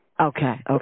Okay